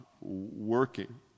working